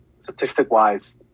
statistic-wise